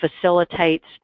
facilitates